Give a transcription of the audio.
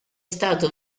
stato